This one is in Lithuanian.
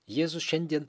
jėzus šiandien